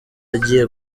agiye